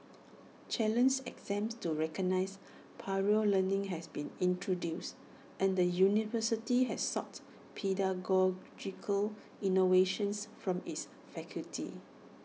challenge exams to recognise prior learning have been introduced and the university has sought pedagogical innovations from its faculty